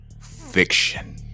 fiction